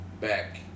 back